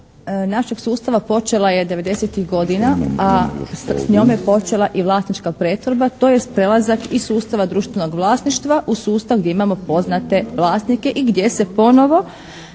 našeg sustava počela je '90.-ih godina, a s njom je počela i vlasnička pretvorba, tj. prelazak iz sustava društvenog vlasništva u sustav gdje imamo poznate vlasnike i gdje se ponovo